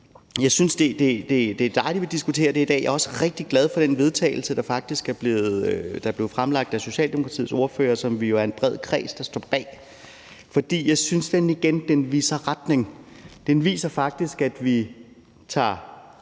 Jeg synes, det er dejligt, vi diskuterer det i dag, og jeg er også rigtig glad for det forslag til vedtagelse, der faktisk blev fremsat af Socialdemokratiets ordfører, og som vi jo er en bred kreds der står bag, for jeg synes igen, at den viser retning. Den viser faktisk, at vi tager